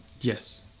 Yes